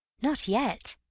not yet.